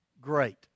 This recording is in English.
great